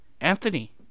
Anthony